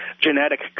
genetic